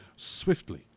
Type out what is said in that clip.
swiftly